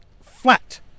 flat